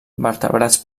vertebrats